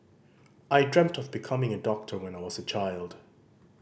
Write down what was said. I dreamt of becoming a doctor when I was a child